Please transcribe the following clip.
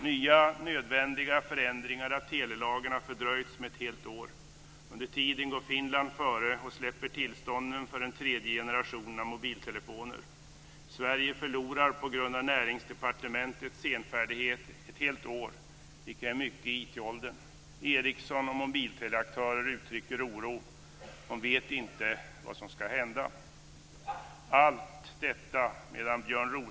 Nya nödvändiga förändringar av telelagen har fördröjts med ett helt år. Under tiden går Finland före och släpper tillstånden för den tredje generationen av mobiltelefoner. Sverige förlorar på grund av Näringsdepartementets senfärdighet ett helt år, vilket är mycket i IT-åldern. Ericsson och mobilteleaktörer uttrycker oro. De vet inte vad som ska hända.